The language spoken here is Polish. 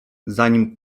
zanim